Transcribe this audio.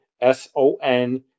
s-o-n